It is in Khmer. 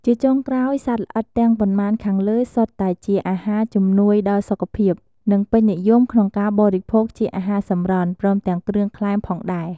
ជាចុងក្រោយ សត្វល្អិតទាំងប៉ុន្មានខាងលើសុទ្ធតែជាអាហារជំនួយដល់សុខភាព និងពេញនិយមក្នុងការបរិភោគជាអាហារសម្រន់ ព្រមទាំងគ្រឿងក្លែមផងដែរ។